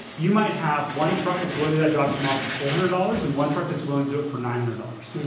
you might have one truck that's willing to do that job tomorrow for four hundred dollars and one truck that's willing to do it for nine hundred dollars,